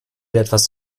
etwas